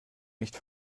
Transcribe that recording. nicht